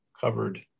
covered